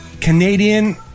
Canadian